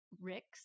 Rick's